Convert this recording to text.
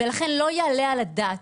ולכן לא יעלה על הדעת,